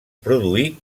produí